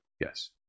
Yes